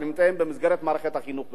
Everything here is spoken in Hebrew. שנמצאים במסגרת מערכת החינוך בישראל,